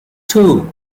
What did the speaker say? two